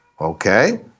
Okay